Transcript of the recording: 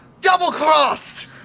double-crossed